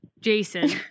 Jason